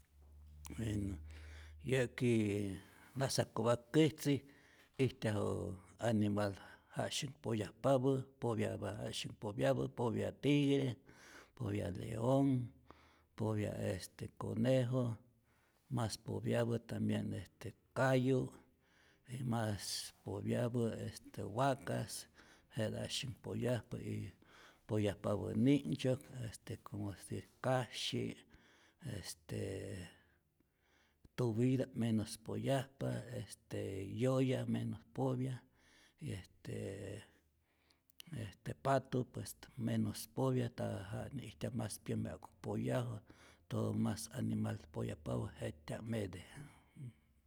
Bueno yä'ki nasakop'käsi ijtyaju animal janusyäk poyajpapä popyapä, janusyak popyapä tigre, popyapä leonh, popya este conejo, mas popyapä tambien este kayu', y mas popyapä este waka, jete janu'syak poyajpa y poyajpapä ni'nhtzyok este si es kasyi, este tuwita'p menos poyajpa, estee yoya menos popya, est estee patu pues menos popya nta ja nya'ijtyaj mas pyämi ja'ku poyaju, todo mas animal poyajpapä jet'tya'mete.